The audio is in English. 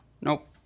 Nope